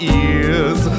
ears